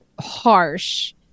harsh